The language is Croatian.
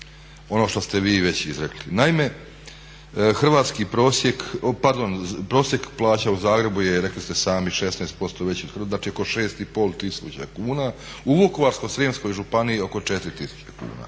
ono što ste vi već izrekli. Naime, prosjek plaća u Zagrebu je rekli ste sami 16% veći od hrvatskog, znači oko 6500 kuna. U Vukovarsko-srijemskoj županiji oko 4000 kuna.